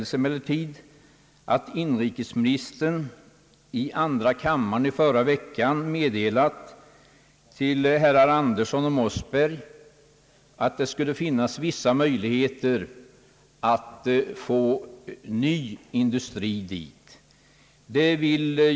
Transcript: Jag har emellertid noterat med tillfredsställelse att inrikesministern i andra kammaren i förra veckan meddelade herrar Andersson och Mossberg att det skulle finnas vissa möjligheter att förlägga ny industri dit till dessa orter.